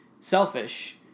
selfish